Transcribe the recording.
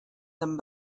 them